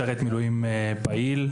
משרת מילואים פעיל,